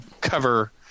cover